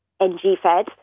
NG-fed